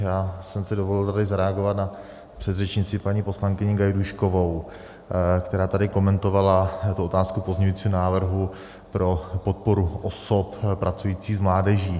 Já jsem si dovolil zareagovat na předřečnici paní poslankyni Gajdůškovou, která tady komentovala otázku pozměňujícího návrhu pro podporu osob pracujících s mládeží.